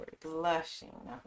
blushing